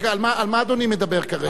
רגע, על מה אדוני מדבר כרגע?